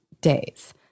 days